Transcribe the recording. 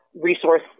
resource